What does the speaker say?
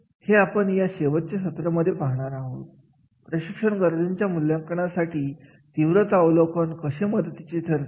हे आपण या शेवटच्या सत्रामध्ये पाहणार आहोत प्रशिक्षण गरजांच्या मूल्यांकनासाठी तीव्रता अवलोकन कसे मदतीचे ठरते